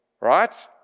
right